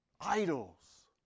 Idols